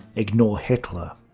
ignore hitler.